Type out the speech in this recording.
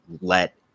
let